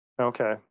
Okay